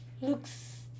looks